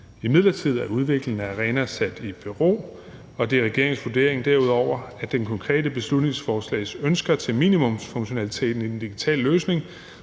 Imidlertid er udviklingen af ARENA sat i bero. Og derudover er det regeringens vurdering, at de konkrete ønsker i beslutningsforslaget til minimumsfunktionaliteten i den digitale løsning